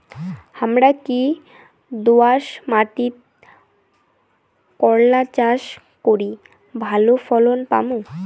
হামরা কি দোয়াস মাতিট করলা চাষ করি ভালো ফলন পামু?